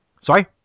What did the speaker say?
Sorry